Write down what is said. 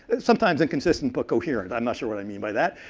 sometimes inconsistent, but coherent, um not sure what i mean by that,